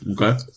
Okay